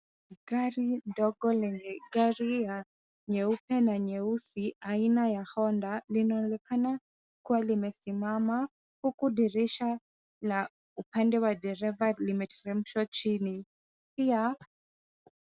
Gari ndogo lenye gari ya nyeupe na nyeusi aina ya Honda linaonekana kuwa limesimama huku dirisha la upande wa dereva limeteremshwa chini. Pia...